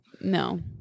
No